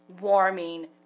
warming